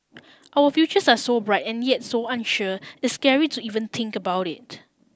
our futures are so bright and yet so unsure it's scary to even think about it